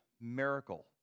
miracle